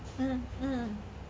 mm mm